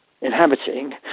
inhabiting